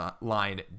line